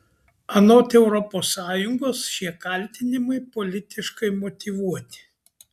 anot europos sąjungos šie kaltinimai politiškai motyvuoti